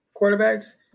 quarterbacks